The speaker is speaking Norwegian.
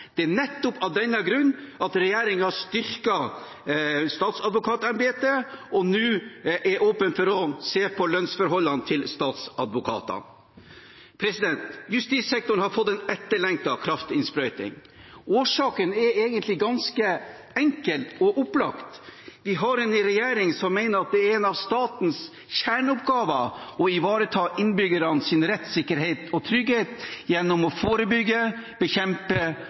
Det er nettopp av denne grunn at regjeringen styrker statsadvokatembetet og nå er åpen for å se på statsadvokatenes lønnsforhold. Justissektoren har fått en etterlengtet kraftinnsprøyting. Årsaken er egentlig ganske enkel og opplagt. Vi har en regjering som mener at det er en av statens kjerneoppgaver å ivareta innbyggernes rettssikkerhet og trygghet gjennom å forebygge, bekjempe